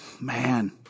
Man